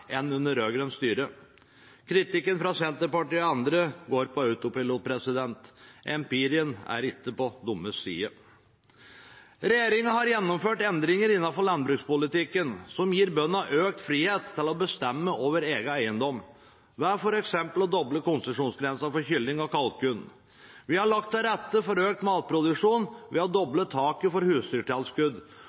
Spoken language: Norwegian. under rød-grønt styre. Kritikken fra Senterpartiet og andre går på autopilot. Empirien er ikke på deres side. Regjeringen har gjennomført endringer innenfor landbrukspolitikken som gir bøndene økt frihet til å bestemme over egen eiendom ved f.eks. å doble konsesjonsgrensen for kylling og kalkun. Vi har lagt til rette for økt matproduksjon ved å doble taket for husdyrtilskudd,